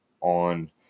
on